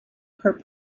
her